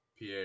PA